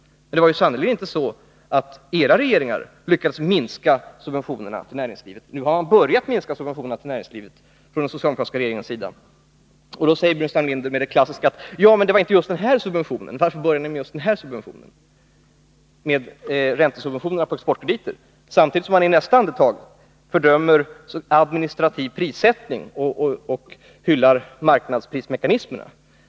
Men det var sannerligen inte så att de borgerliga regeringarna lyckades minska subventionerna till näringslivet. Nu har vi socialdemokrater börjat minska dessa subventioner, och då uttalar sig herr Burenstam Linder på det klassiska sättet: Ja visst, men varför börjar ni med att minska just räntesubventionerna på exportkrediter? Men i nästa andetag fördömer han administrativ prissättning och hyllar marknadsprismekanismerna.